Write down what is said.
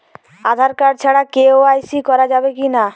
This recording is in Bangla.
আঁধার কার্ড ছাড়া কে.ওয়াই.সি করা যাবে কি না?